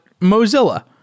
Mozilla